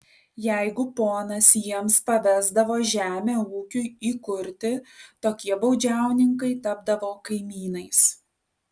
jeigu ponas jiems pavesdavo žemę ūkiui įkurti tokie baudžiauninkai tapdavo kaimynais